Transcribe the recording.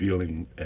feeling